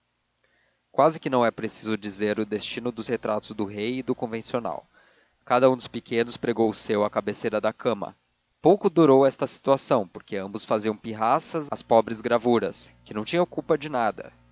quase que não é preciso dizer o destino dos retratos do rei e do convencional cada um dos pequenos pregou o seu à cabeceira da cama pouco durou esta situação porque ambos faziam pirraças às pobres gravuras que não tinham culpa de nada